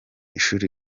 ishuri